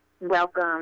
welcome